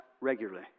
regularly